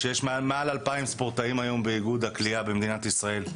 שיש מעל 2,000 ספורטאים היום באיגוד הקליעה במדינת ישראל,